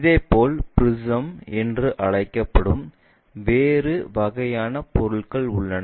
இதேபோல் பிரிசம் என்று அழைக்கப்படும் வேறு வகையான பொருள்கள் உள்ளன